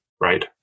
right